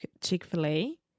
Chick-fil-A